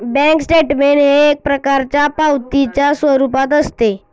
bank statement हे एक प्रकारच्या पावतीच्या स्वरूपात असते